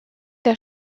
der